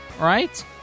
Right